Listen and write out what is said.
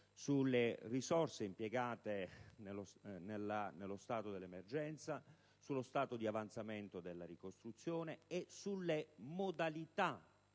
sulle risorse impiegate nello stato dell'emergenza, sullo stato di avanzamento della ricostruzione e sulle modalità